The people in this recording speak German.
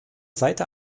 seite